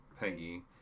peggy